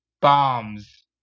bombs